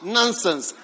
Nonsense